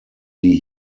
die